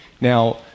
Now